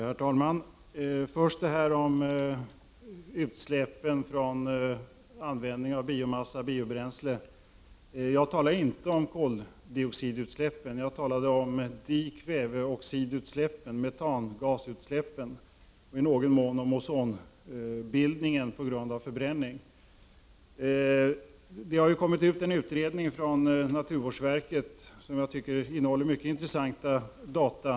Herr talman! Först vill jag ta upp utsläppen från användningen av biomassa och biobränsle. Jag talade inte om koldioxidutsläppen, utan jag talade om dikväveoxidutsläppen, dvs. metangasutsläppen, och i någon mån om ozonbildningen på grund av förbränningen. Det har kommit ut en utredning från naturvårdsverket som jag tycker innehåller mycket intressanta data.